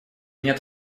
нет